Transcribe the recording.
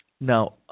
Now